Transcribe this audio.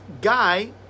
Guy